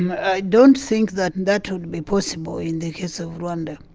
i don't think that that would be possible in the case of rwanda.